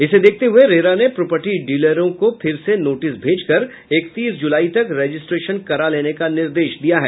इसको देखते हये रेरा ने प्रोपर्टी डीलरों को फिर से नोटिस भेज कर इकतीस जुलाई तक रजिस्ट्रेशन करा लेने का निर्देश दिया है